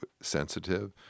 sensitive